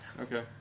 okay